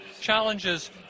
challenges